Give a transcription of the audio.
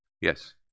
yes